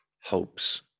hopes